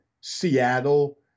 Seattle